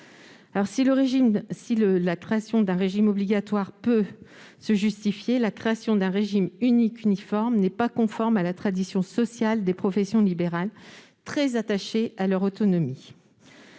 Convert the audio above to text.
Si la création d'un régime obligatoire peut se justifier, la création d'un régime unique, uniforme, n'est pas conforme à la tradition sociale des professions libérales, très attachées à leur autonomie.